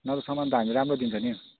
नभए सामान त हामी राम्रो दिन्छ नि